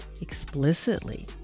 explicitly